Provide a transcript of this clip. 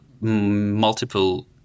multiple